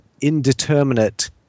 indeterminate